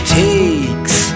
takes